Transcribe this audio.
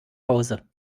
hause